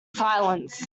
silence